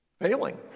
failing